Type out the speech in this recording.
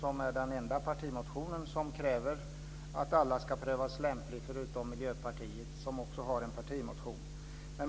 Det är den enda partimotion som kräver att alla ska prövas om de är lämpliga. Miljöpartiet har också en partimotion.